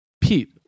Pete